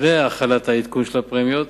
לפני החלת העדכון של הפרמיות,